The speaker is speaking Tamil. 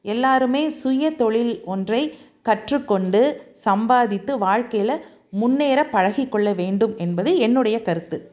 எல்லாருமே சுய தொழில் ஒன்றை கற்றுக் கொண்டு சம்பாதித்து வாழக்கையில் முன்னேற பழகிக்கொள்ள வேண்டும் என்பது என்னுடைய கருத்து